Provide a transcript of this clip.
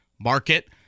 market